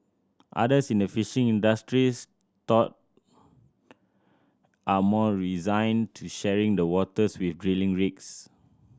others in the fishing industries though are more resigned to sharing the waters with drilling rigs